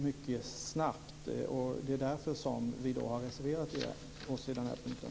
Det är därför som vi har reserverat oss på den här punkten.